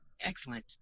excellent